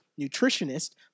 nutritionist